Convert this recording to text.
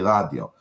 Radio